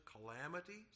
calamities